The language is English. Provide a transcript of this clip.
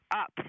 up